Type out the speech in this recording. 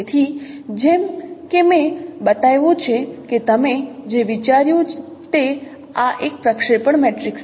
તેથી જેમ કે મેં બતાવ્યું છે કે તમે જે વિચાર્યું તે આ એક પ્રક્ષેપણ મેટ્રિક્સ છે